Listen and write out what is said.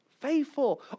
faithful